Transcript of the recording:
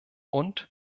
und